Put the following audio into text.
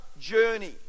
journey